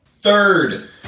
Third